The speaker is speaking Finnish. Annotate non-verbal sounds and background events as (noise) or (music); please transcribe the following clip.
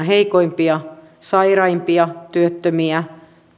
(unintelligible) heikoimpia ja sairaimpia työttömiä